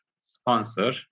sponsor